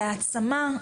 להעצמה,